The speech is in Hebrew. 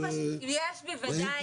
ברור, יש בוודאי.